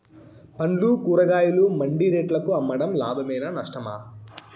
పండ్లు కూరగాయలు మండి రేట్లకు అమ్మడం లాభమేనా నష్టమా?